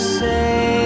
say